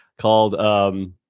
called